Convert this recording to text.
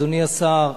אדוני השר,